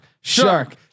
Shark